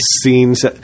scenes